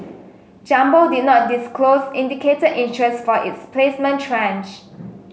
Jumbo did not disclose indicated interest for its placement tranche